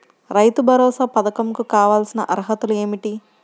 రైతు భరోసా పధకం కు కావాల్సిన అర్హతలు ఏమిటి?